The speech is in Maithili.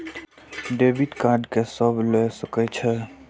डेबिट कार्ड के सब ले सके छै?